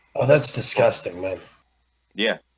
oh that's disgusting yeah,